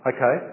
Okay